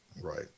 Right